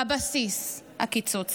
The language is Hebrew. בבסיס, הקיצוץ.